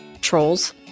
trolls